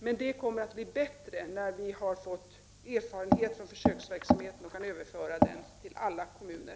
Men det kommer att bli bättre när vi har fått erfarenhet av försöksverksamheten och kan överföra den till alla kommuner.